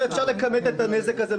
אפשר לכמת את הנזק הזה,